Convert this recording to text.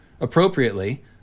appropriately